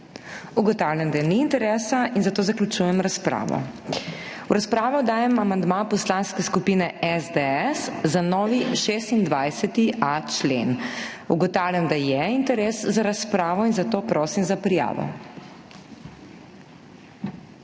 Ugotavljam, da ni interesa, in zato zaključujem razpravo. V razpravo dajem amandma Poslanske skupine SDS za novi 26.a člen. Ugotavljam, da je interes za razpravo, in zato prosim za prijavo.